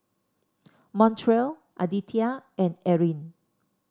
Montrell Aditya and Eryn